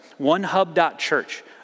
onehub.church